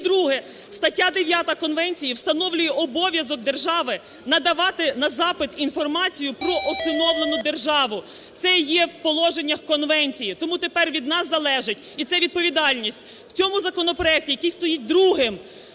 І друге. Стаття 9 конвенції встановлює обов'язок держави надавати на запит інформацію про усиновлену державу. Це є в положеннях конвенції. Тому тепер від нас залежить, і це відповідальність, в цьому законопроекті, який стоїть другим,